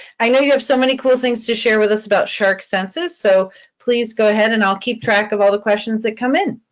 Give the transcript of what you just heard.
i know you have so many cool things to share with us about shark senses, so please go ahead and i'll keep track of all the questions that come in.